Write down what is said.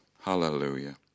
Hallelujah